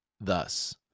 thus